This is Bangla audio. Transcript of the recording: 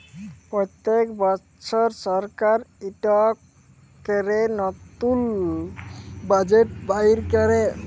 প্যত্তেক বসর সরকার ইকট ক্যরে লতুল বাজেট বাইর ক্যরে